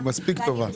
לא, היא מספיק טובה.